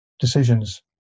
Decisions